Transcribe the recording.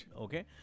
Okay